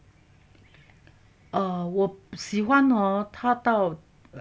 哦我喜欢哦他到